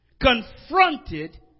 Confronted